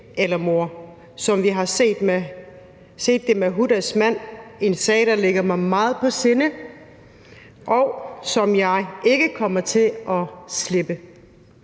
såsom mord, som vi har set det med Hudas mand i en sag, der ligger mig meget på sinde, og som jeg ikke kommer til at slippe.